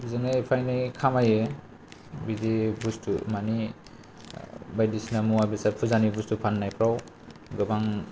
बिजोंनो एफा एनै खामायो बिदि बुसथु माने बायदि सिना मुवा बेसादफोर फुजानि बुसथु फानायफ्राव गोबां